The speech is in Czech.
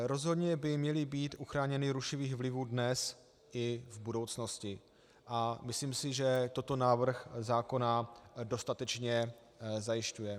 Rozhodně by měly být uchráněny rušivých vlivů dnes i v budoucnosti a myslím si, že toto návrh zákona dostatečně zajišťuje.